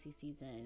season